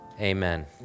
Amen